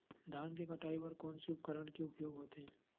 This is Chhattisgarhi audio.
धान के कटाई बर कोन से उपकरण के उपयोग होथे?